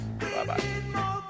Bye-bye